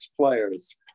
players